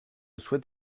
souhaite